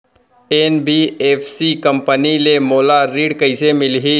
NBFC company ले मोला ऋण कइसे मिलही?